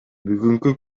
бүгүнкү